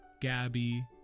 Gabby